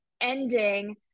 ending